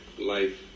life